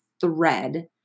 thread